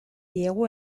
diegu